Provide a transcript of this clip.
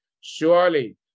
Surely